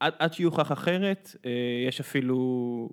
עד-‫עד שיוכח אחרת, אה... יש אפילו...